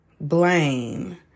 blame